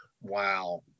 Wow